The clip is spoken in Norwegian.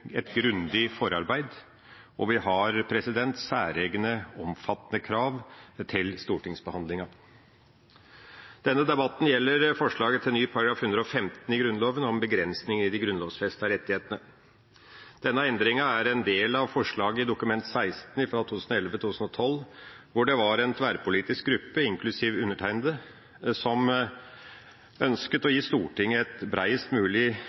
et grundig forarbeid, og vi har særegne, omfattende krav til stortingsbehandlinga. Denne debatten gjelder forslaget til ny § 115 i Grunnloven om begrensninger i de grunnlovfestede rettighetene. Denne endringa er en del av forslaget i Dokument 16 for 2011–2012, hvor det var en tverrpolitisk gruppe, inklusiv undertegnede, som ønsket å gi Stortinget et bredest mulig